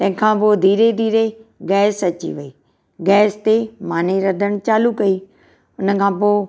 तंहिंखां पोइ धीरे धीरे गैस अची वई गैस ते मानी रधणु चालू कई उनखां पोइ